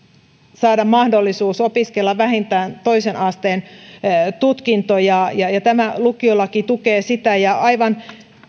saada mahdollisuus opiskella vähintään toisen asteen tutkinto että tämä lukiolaki tukee sitä aivan